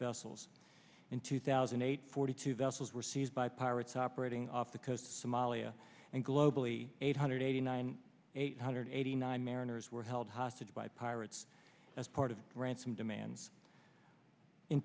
vessels in two thousand and eight forty two vessels were seized by pirates operating off the coast somalia and globally eight hundred eighty nine eight hundred eighty nine mariners were held hostage by pirates as part of ransom demands in